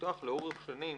שפותח לאורך שנים,